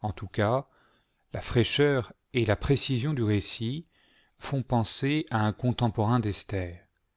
en tout cas la fraîcheur et la précision du récit font penser à un contemporain d'esther